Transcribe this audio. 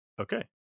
Okay